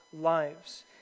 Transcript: lives